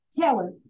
Taylor